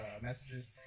messages